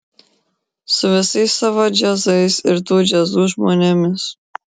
su visais savo džiazais ir tų džiazų žmonėmis